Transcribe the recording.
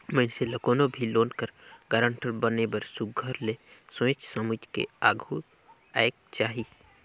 मइनसे ल कोनो भी लोन कर गारंटर बने बर सुग्घर ले सोंएच समुझ के आघु आएक चाही